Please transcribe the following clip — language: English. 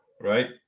right